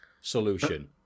solution